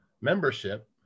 membership